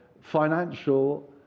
financial